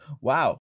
Wow